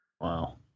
Wow